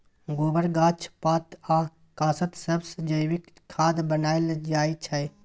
गोबर, गाछ पात आ कासत सबसँ जैबिक खाद बनाएल जाइ छै